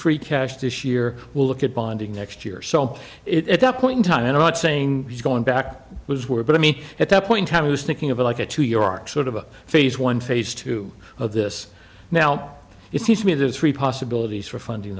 free cash this year we'll look at bonding next year so it at that point in time and i'm not saying he's going back was were but i mean at that point he was thinking of it like a two year sort of phase one phase two of this now it seems to me there's three possibilities for funding